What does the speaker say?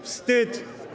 Wstyd!